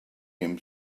him